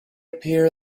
appear